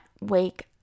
wake